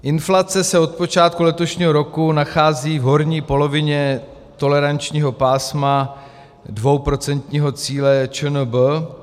Inflace se od počátku letošního roku nachází v horní polovině tolerančního pásma dvouprocentního cíle ČNB.